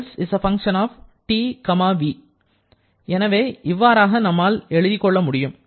S f T v எனவே இவ்வாறாக நம்மால் எழுதிக் கொள்ள முடியும்